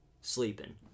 sleeping